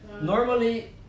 normally